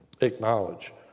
acknowledge